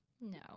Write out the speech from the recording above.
No